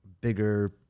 bigger